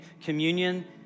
communion